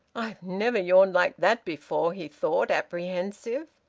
i've never yawned like that before, he thought, apprehensive.